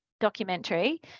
documentary